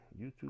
YouTube